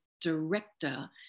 director